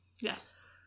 Yes